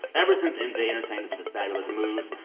ever since mj entertained us with his fabulous moves,